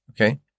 okay